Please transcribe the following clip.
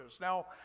Now